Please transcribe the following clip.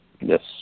Yes